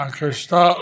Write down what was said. Krishna